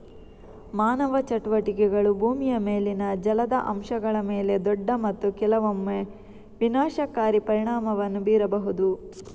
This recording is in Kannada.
ಮಾನವ ಚಟುವಟಿಕೆಗಳು ಭೂಮಿಯ ಮೇಲಿನ ಜಲದ ಅಂಶಗಳ ಮೇಲೆ ದೊಡ್ಡ ಮತ್ತು ಕೆಲವೊಮ್ಮೆ ವಿನಾಶಕಾರಿ ಪರಿಣಾಮವನ್ನು ಬೀರಬಹುದು